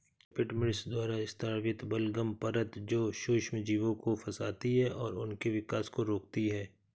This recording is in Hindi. एपिडर्मिस द्वारा स्रावित बलगम परत जो सूक्ष्मजीवों को फंसाती है और उनके विकास को रोकती है